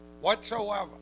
whatsoever